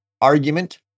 argument